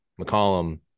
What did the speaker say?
McCollum